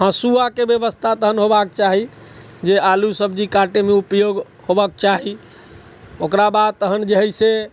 हँसुआके व्यवस्था तखन होयबाक चाही जे आलू सब्जी काटैमे उपयोग होयबाके चाही ओकरा बाद तहन जे हइ से